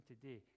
today